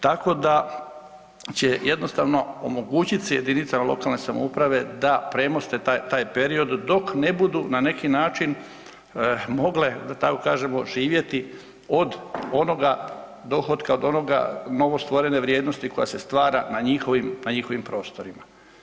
Tako da će jednostavno omogućit se jedinicama lokalne samouprave da premoste taj period dok ne budu na neki način mogle da tako kažemo živjeti od onoga dohotka, od onoga novo stvorene vrijednosti koja se stvara na njihovim, na njihovim prostorima.